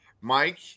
Mike